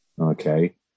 Okay